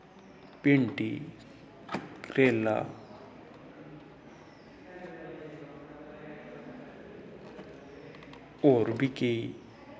भिंडी करेला होर बी केई